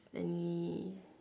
any